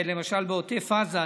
למשל בעוטף עזה,